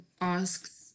asks